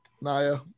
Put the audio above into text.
Naya